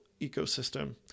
ecosystem